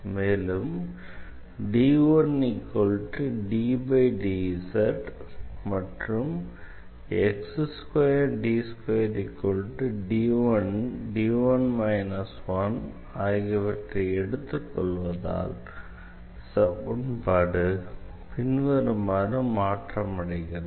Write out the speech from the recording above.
மேலும் மற்றும் ஆகியவற்றை எடுத்துக்கொள்வதால் சமன்பாடு பின்வருமாறு மாற்றமடைகிறது